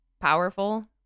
powerful